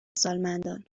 سالمندان